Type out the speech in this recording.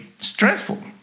stressful